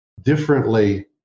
differently